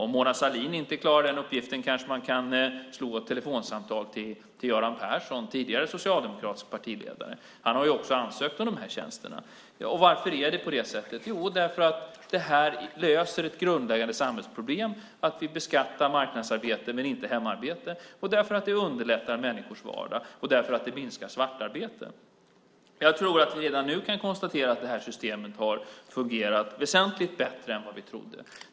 Om Mona Sahlin inte klarar den uppgiften kanske man kan ta ett telefonsamtal med Göran Persson, tidigare socialdemokratisk partiledare. Han har också ansökt om dessa tjänster. Varför är det på det sättet? Jo, det här löser ett grundläggande samhällsproblem, att vi beskattar marknadsarbete men inte hemarbete, det underlättar människors vardag och det minskar svartarbete. Jag tror att vi redan nu kan konstatera att det här systemet har fungerat väsentligt bättre än vad vi trodde.